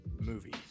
movies